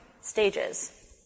stages